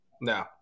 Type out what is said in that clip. No